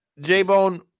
J-Bone